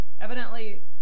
Evidently